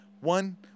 one